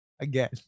again